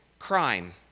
crime